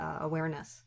awareness